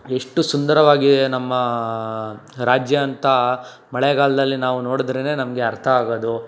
ಎಷ್ಟು ಸುಂದರವಾಗಿ ನಮ್ಮ ರಾಜ್ಯ ಅಂತ ಮಳೆಗಾಲದಲ್ಲಿ ನಾವು ನೋಡಿದ್ರೇ ನಮಗೆ ಅರ್ಥ ಆಗೋದು